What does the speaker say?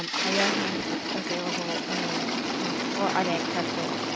um are your handouts available and or are they accessible?